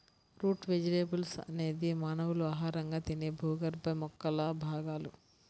route vegetables అనేది మానవులు ఆహారంగా తినే భూగర్భ మొక్కల భాగాలు